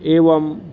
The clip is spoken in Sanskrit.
एवं